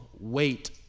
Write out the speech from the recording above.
wait